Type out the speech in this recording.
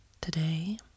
Today